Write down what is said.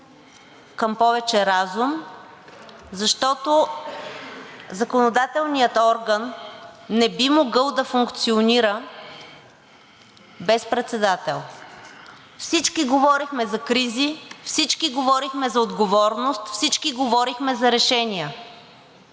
към повече разум, защото законодателният орган не би могъл да функционира без председател. Всички говорихме за кризи, всички говорихме за отговорност, всички говорихме за решения.